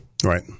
right